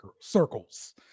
circles